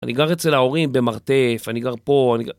אני גר אצל ההורים במרתף, אני גר פה, אני גר...